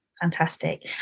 fantastic